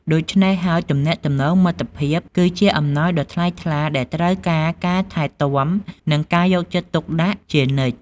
ដូច្នេះហើយ ទំនាក់ទំនងមិត្តភាព គឺជាអំណោយដ៏ថ្លៃថ្លាដែលត្រូវការការថែទាំ និងការយកចិត្តទុកដាក់ជានិច្ច។